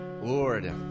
Lord